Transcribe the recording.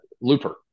Looper